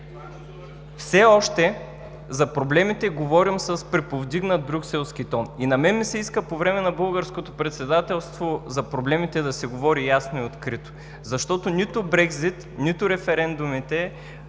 Все още за проблемите говорим с приповдигнат брюкселски тон и на мен ми се иска по време на българското председателство за проблемите да се говори ясно и открито, защото нито Брекзит, нито референдумите,